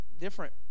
different